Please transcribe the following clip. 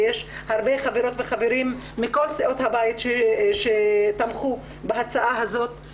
ויש הרבה חברות וחברים מכל סיעות הבית שתמכו בהצעה הזאת.